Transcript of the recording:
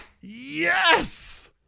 Yes